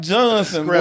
Johnson